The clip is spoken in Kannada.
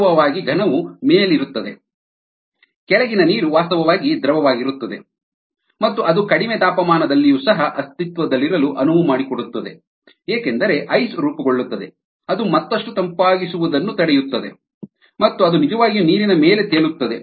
ವಾಸ್ತವವಾಗಿ ಘನವು ಮೇಲಿರುತ್ತದೆ ಕೆಳಗಿನ ನೀರು ವಾಸ್ತವವಾಗಿ ದ್ರವವಾಗಿರುತ್ತದೆ ಮತ್ತು ಅದು ಕಡಿಮೆ ತಾಪಮಾನದಲ್ಲಿಯೂ ಸಹ ಅಸ್ತಿತ್ವದಲ್ಲಿರಲು ಅನುವು ಮಾಡಿಕೊಡುತ್ತದೆ ಏಕೆಂದರೆ ಐಸ್ ರೂಪುಗೊಳ್ಳುತ್ತದೆ ಅದು ಮತ್ತಷ್ಟು ತಂಪಾಗಿಸುವುದನ್ನು ತಡೆಯುತ್ತದೆ ಮತ್ತು ಅದು ನಿಜವಾಗಿಯೂ ನೀರಿನ ಮೇಲೆ ತೇಲುತ್ತದೆ